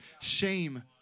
Shame